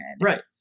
right